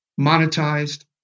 monetized